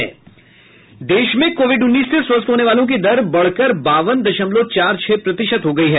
देश में कोविड उन्नीस से स्वस्थ होने वालों की दर बढकर बावन दशमलव चार छह प्रतिशत हो गई है